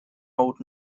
old